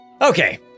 Okay